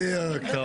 בדיוק.